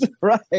Right